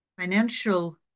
Financial